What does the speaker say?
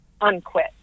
unquit